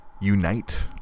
unite